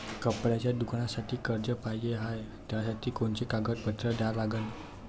कपड्याच्या दुकानासाठी कर्ज पाहिजे हाय, त्यासाठी कोनचे कागदपत्र द्या लागन?